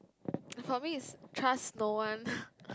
for me is trust no one